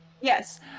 Yes